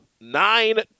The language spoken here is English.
nine